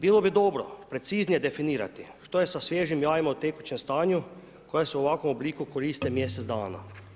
Bilo bi dobro preciznije definirati što je sa sviježim jajima u tekućem stanju, koja se u ovakvom obliku koriste mjesec dana.